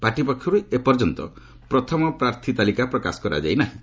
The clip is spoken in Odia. ପାର୍ଟି ପକ୍ଷରୁ ଏପର୍ଯ୍ୟନ୍ତ ପ୍ରଥମ ପ୍ରାର୍ଥୀ ତାଲିକା ପ୍ରକାଶ କରାଯାଇନାହିଁ